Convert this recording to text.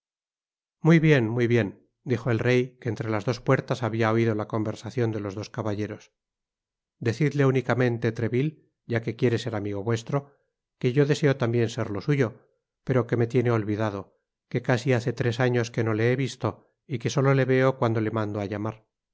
muy bien muy bien dijo el rey que entre las dos puertas habia oido la conversacion de los dos caballeros decidle únicamente treville ya que quiere ser amigo vuestro que yo deseo tambien serlo suyo pero que me tiene olvidado que casi hace tres años que no le he visto y que solo le veo cuando le mando á llamar